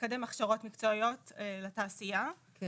לקדם הכשרות מקצועיות לתעשייה - עם